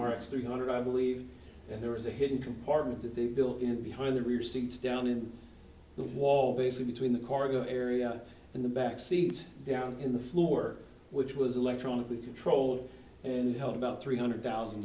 x three hundred i believe and there is a hidden compartment that they've built in behind the rear seats down in the wall basically between the cargo area and the back seats down in the floor which was electronically controlled and held about three hundred thousand